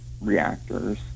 reactors